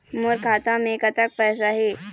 मोर खाता मे कतक पैसा हे?